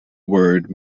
word